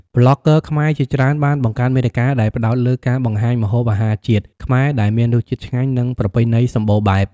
ប្លុកហ្គើខ្មែរជាច្រើនបានបង្កើតមាតិកាដែលផ្ដោតលើការបង្ហាញម្ហូបអាហារជាតិខ្មែរដែលមានរសជាតិឆ្ងាញ់និងប្រពៃណីសម្បូរបែប។